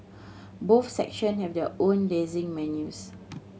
both section have their own dazzling menus